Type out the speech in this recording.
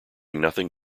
nothing